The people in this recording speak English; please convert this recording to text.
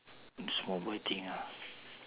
small boy thing ah